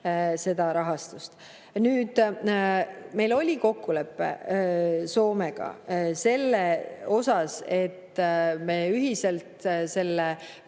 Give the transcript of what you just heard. seda rahastust. Meil oli kokkulepe Soomega selle osas, et me ühiselt selle